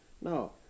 no